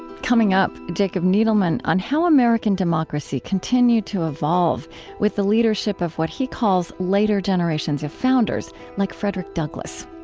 coming up, jacob needleman on how american democracy continued to evolve with the leadership of what he calls later generations of founders, like frederick douglass.